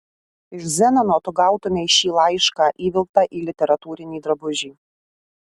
iš zenono tu gautumei šį laišką įvilktą į literatūrinį drabužį